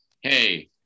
Hey